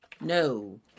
No